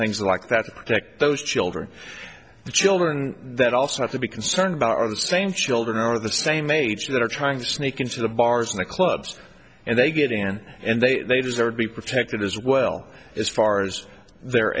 things like that that those children the children that also have to be concerned about are the same children of the same age that are trying to sneak into the bars and clubs and they get in and they deserve to be protected as well as far as their